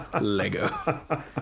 Lego